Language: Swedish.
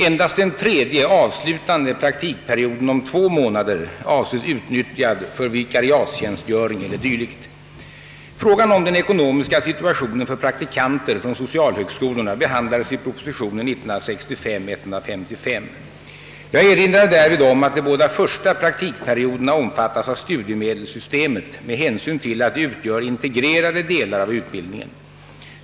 Endast den tredje, avslutande praktikperioden om två månader avses utnyttjad för vikariatstjänstgöring eller dylikt. Frågan om den ekonomiska situationen för praktikanter från socialhögskolorna behandlade i prop. 1965: 155 . Jag erinrade därvid om att de båda första praktikperioderna omfattas av studiemedelssystemet med hänsyn till att de utgör integrerade delar av utbildningen.